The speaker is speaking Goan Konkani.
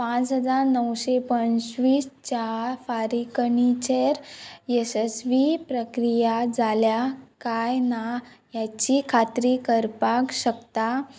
पांच हजार णवशे पंचवीस च्या फारीकणीचेर यशस्वी प्रक्रिया जाल्या काय ना हेची खात्री करपाक शकता